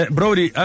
Brody